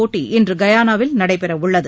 போட்டி இன்று கயானாவில் நடைபெறவுள்ளது